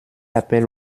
appelle